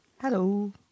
Hello